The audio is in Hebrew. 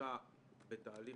שונתה בתהליך סדור.